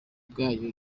bwayo